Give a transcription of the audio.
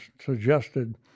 suggested